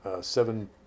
seven